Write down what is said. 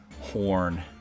horn